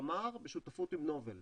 תמר בשותפות עם נובל,